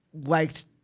liked